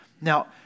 Now